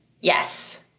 yes